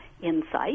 insight